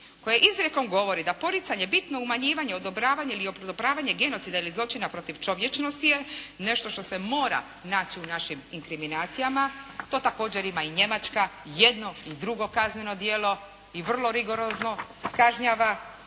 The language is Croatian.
koje izrijekom govori da poricanje bitno umanjivanje, odobravanje ili …/Govornica se ne razumije./… genocida ili zločina protiv čovječnosti je nešto što se mora naći u našim inkriminacijama, to također ima i Njemačka jedno i drugo kazneno djelo, i vrlo rigorozno kažnjava.